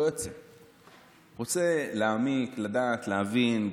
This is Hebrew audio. אני רוצה להעמיק, לדעת, להבין.